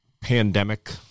pandemic